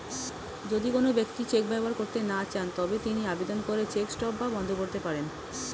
যদি কোন ব্যক্তি চেক ব্যবহার করতে না চান তবে তিনি আবেদন করে চেক স্টপ বা বন্ধ করতে পারেন